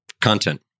content